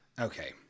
Okay